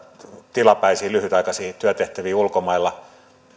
tilapäisiin lyhytaikaisiin työtehtäviin ulkomailla